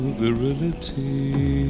virility